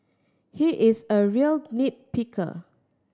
he is a real nit picker